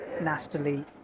nastily